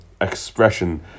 expression